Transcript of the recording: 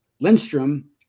Lindstrom